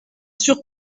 sûr